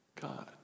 God